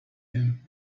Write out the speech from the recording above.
him